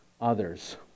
others